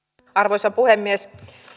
arvoisa puhemies